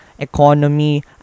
economy